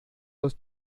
los